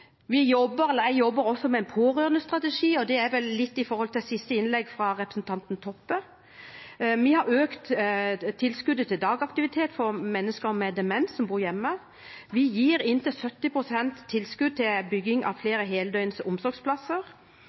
Jeg jobber også med en pårørendestrategi – litt med tanke på siste innlegg fra representanten Toppe. Vi har økt tilskuddet til dagaktivitet for mennesker med demens som bor hjemme. Vi gir inntil 70 pst. tilskudd til bygging av flere heldøgns omsorgsplasser.